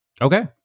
Okay